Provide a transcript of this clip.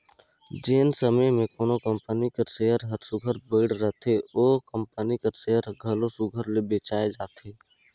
जेन समे में कोनो कंपनी कर सेयर हर सुग्घर बइढ़ रहथे ओ कंपनी कर सेयर हर घलो सुघर ले बेंचाए जाथे